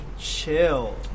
Chill